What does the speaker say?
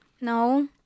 No